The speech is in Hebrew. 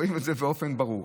רואים את זה באופן ברור.